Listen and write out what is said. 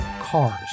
Cars